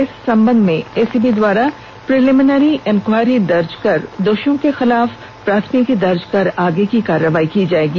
इस संबंध में एसीबी द्वारा प्रीलिमिनरी इन्क्वायरी दर्ज कर दोषियों के खिलाफ प्राथमिकी दर्ज कर आगे की कार्रवाई की जाएगी